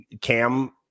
cam